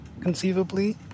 conceivably